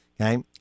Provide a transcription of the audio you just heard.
okay